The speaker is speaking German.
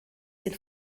den